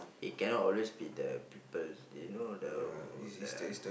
it cannot always be the people you know the the